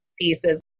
pieces